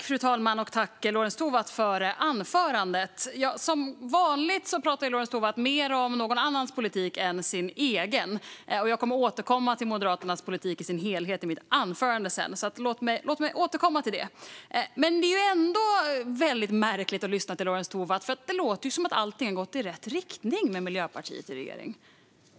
Fru talman! Tack för anförandet, Lorentz Tovatt! Som vanligt pratar Lorentz Tovatt mer om någon annans politik än om sin egen. Jag kommer att ta upp Moderaternas politik i sin helhet i mitt anförande sedan, så låt mig återkomma till den. Men det blir ändå väldigt märkligt att lyssna på Lorentz Tovatt, för det låter som att allting har gått i rätt riktning med Miljöpartiet i regeringen.